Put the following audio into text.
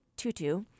tutu